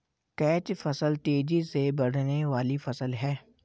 catch फसल तेजी से बढ़ने वाली फसल है